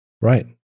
right